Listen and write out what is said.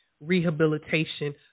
rehabilitation